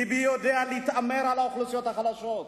ביבי יודע להתעמר באוכלוסיות החלשות.